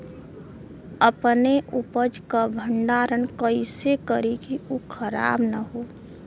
अपने उपज क भंडारन कइसे करीं कि उ खराब न हो?